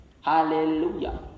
Hallelujah